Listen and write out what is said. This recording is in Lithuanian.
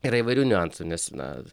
yra įvairių niuansų nes na